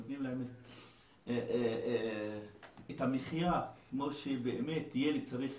נותנים להם את המחיה כמו שבאמת ילד צריך